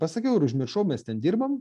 pasakiau ir užmiršau mes ten dirbam